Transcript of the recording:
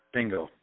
Bingo